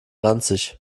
ranzig